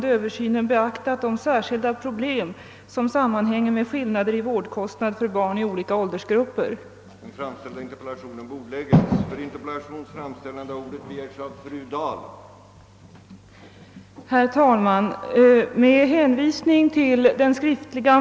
Det har visat sig att den senare typen av fritidshem inte motsvarar behoven. Många föräldrar kan inte utnyttja dessa fritidshem, som inte fungerar under hela arbetsdagen eller under skolloven.